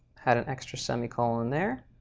had an extra semicolon there.